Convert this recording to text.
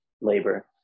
labor